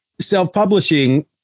self-publishing